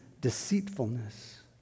deceitfulness